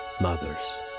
mothers